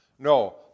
No